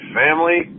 family